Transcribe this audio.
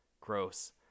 gross